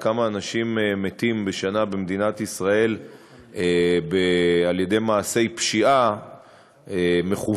כמה אנשים מתים בשנה במדינת ישראל על-ידי מעשי פשיעה מכוונת,